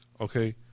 Okay